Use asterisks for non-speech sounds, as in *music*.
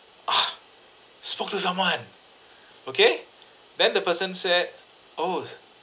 ah spoke to someone *breath* okay *breath* then the person said oh